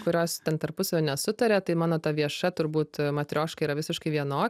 kurios ten tarpusavyje nesutaria tai mano ta vieša turbūt matrioška yra visiškai vienok